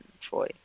Troy